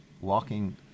walking